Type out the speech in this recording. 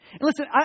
listen